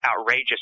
outrageous